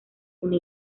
una